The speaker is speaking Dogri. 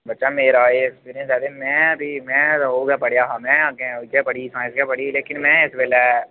बच्चा मेरा एह् एक्सपीरियंस ऐ के में फ्ही में ते अग्गै पढ़ेआ हा मैं अग्गे उ'यै पढ़ी ही साइंस पढ़ी ही लेकिन मैं इस बेल्लै